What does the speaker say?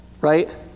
Right